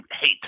hate